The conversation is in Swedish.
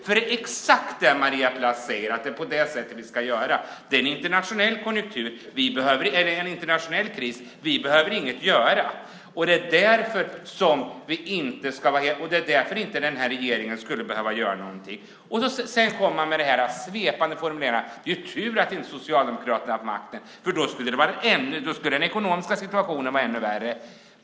Det är exakt det Maria Plass säger: Det är en internationell kris; regeringen behöver inget göra. Ni kommer med era svepande formuleringar om att det är tur att Socialdemokraterna inte har makten, för då skulle den ekonomiska situationen vara ännu värre.